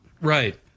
right